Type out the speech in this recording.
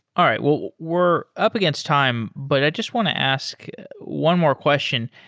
all right. well, we're up against time, but i just want to ask one more question.